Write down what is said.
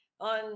on